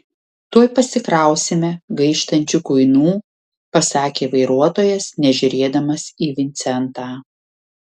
tuoj pasikrausime gaištančių kuinų pasakė vairuotojas nežiūrėdamas į vincentą